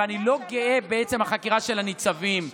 ואני לא גאה בעצם החקירה של הניצבים,